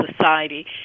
society